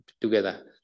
together